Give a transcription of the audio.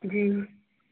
جی